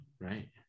right